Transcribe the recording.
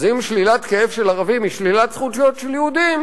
אז אם תחושת כאב של ערבים היא שלילת זכויות של יהודים,